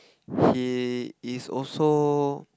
he is also